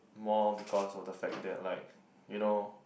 more because of the fact that like you know